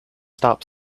stop